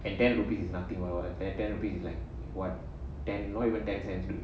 and ten rupees is like nothing ten rupees is like what ten ten not even ten cents